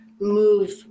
move